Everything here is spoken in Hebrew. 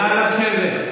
נא לשבת.